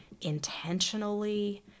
intentionally